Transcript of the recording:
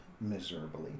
miserably